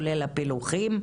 כולל הפילוחים.